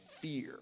fear